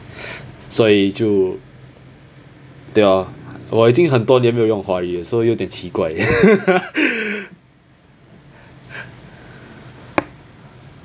所以就对咯我已经很多年没有用华语 so 有一点奇怪嗯